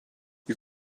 you